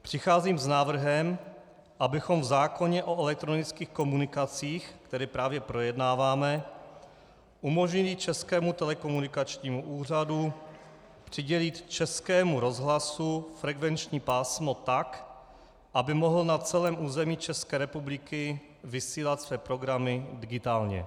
Přicházím s návrhem, abychom v zákoně o elektronických komunikacích, který právě projednáváme, umožnili Českému telekomunikačnímu úřadu přidělit Českému rozhlasu frekvenční pásmo tak, aby mohl na celém území České republiky vysílat své programy digitálně.